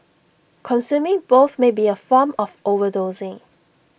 consuming both may be A form of overdosing